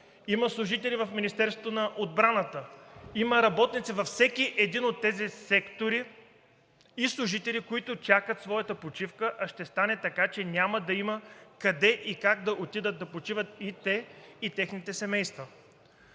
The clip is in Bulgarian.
Има служители в Министерството на отбраната. Има работници и служители във всеки един от тези сектори, които чакат своята почивка, а ще стане така, че няма да има къде и как да отидат да почиват те и техните семейства.